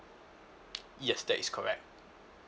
yes that is correct